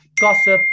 gossip